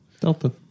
Delta